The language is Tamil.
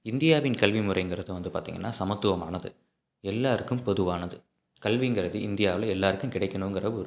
இந்தியாவின் கல்வி முறைங்கிறது வந்து பார்த்தீங்கன்னா சமத்துவமானது எல்லோருக்கும் பொதுவானது கல்விங்கிறது இந்தியாவில் எல்லோருக்கும் கிடைக்கணும்ங்கிற ஒரு